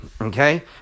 okay